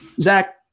Zach